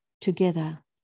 together